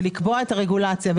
לקבוע את הרגולציה,